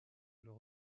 leur